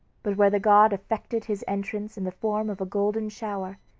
but where the god effected his entrance in the form of a golden shower.